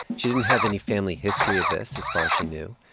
she didn't have any family history of this, as far as she knew.